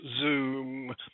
Zoom